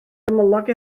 gymylog